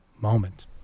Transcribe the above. moment